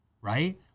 right